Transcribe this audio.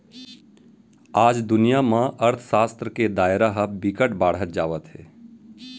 आज दुनिया म अर्थसास्त्र के दायरा ह बिकट बाड़हत जावत हे